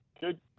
Good